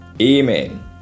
Amen